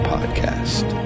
Podcast